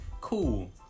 cool